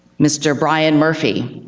mr. brian murphy,